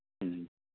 ꯎꯝ